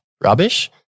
rubbish